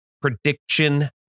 prediction